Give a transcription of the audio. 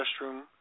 restroom